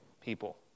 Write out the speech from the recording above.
people